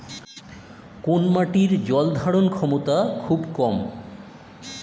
কোন মাটির জল ধারণ ক্ষমতা খুব কম?